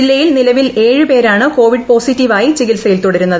ജില്ലയിൽ നിലവിൽ ഏഴ് പേരാണ് കോവിഡ് പോസിറ്റീവായി ചികിത്സയിൽ തുടരുന്നത്